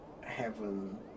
heaven